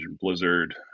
Blizzard